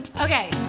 Okay